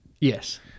Yes